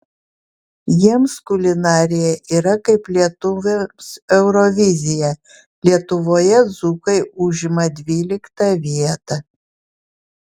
jiems kulinarija yra kaip lietuviams eurovizija lietuvoje dzūkai užima dvyliktą vietą